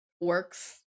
works